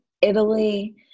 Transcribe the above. Italy